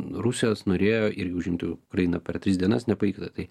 rusijos norėjo ir užimti ukrainą per tris dienas nepavyksta tai